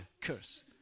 curse